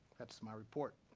that's my report